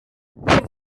wir